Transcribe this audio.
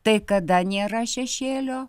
tai kada nėra šešėlio